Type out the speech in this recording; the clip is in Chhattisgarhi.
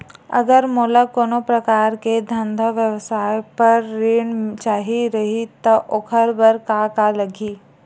अगर मोला कोनो प्रकार के धंधा व्यवसाय पर ऋण चाही रहि त ओखर बर का का लगही?